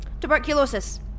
Tuberculosis